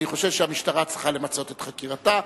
אני חושב שהמשטרה צריכה למצות את חקירתה,